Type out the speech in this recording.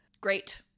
great